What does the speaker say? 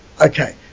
Okay